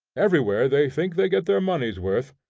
everywhere they think they get their money's worth,